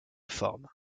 forme